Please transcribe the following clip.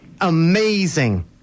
Amazing